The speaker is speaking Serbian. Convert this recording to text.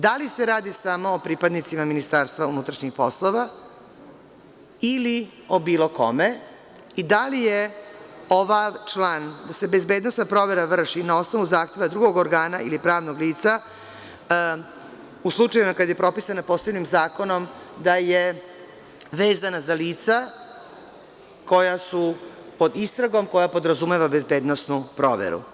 Da li se radi samo o pripadnicima Ministarstva unutrašnjih poslova ili o bilo kome i da li je ovaj član da se bezbednosna provera vrši na osnovu zahteva drugog organa ili pravnog lica, u slučajevima kada je propisana posebnim zakonom, da je vezana za lica koja su pod istragom koja podrazumeva bezbednosnu proveru?